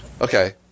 Okay